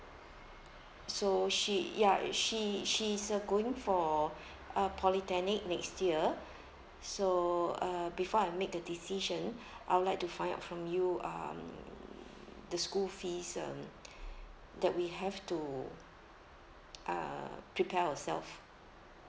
so she ya she she's uh going for uh polytechnic next year so uh before I make a decision I would like to find out from you um the school fees um that we have to uh prepare ourself